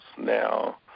now